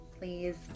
please